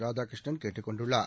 ராதாகிருஷ்ணன் கேட்டுக் கொண்டுள்ளார்